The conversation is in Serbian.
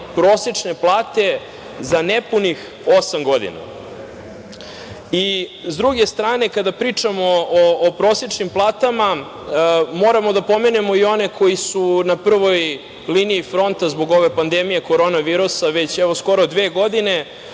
prosečne plate za nepunih osam godina.S druge strane, kada pričamo o prosečnim platama moramo da pomenemo one i koji su na prvoj liniji fronta zbog ove pandemije korona virusa, evo, skoro dve godine,